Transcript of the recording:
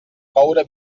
coure